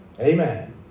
Amen